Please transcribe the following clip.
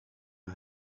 who